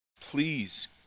Please